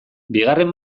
bigarren